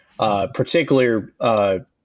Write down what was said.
Particular